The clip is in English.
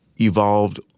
evolved